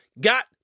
got